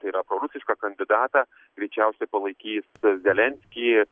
tai yra prorusišką kandidatą greičiausiai palaikys zelenskį